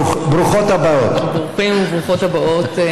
ברוכות הבאות.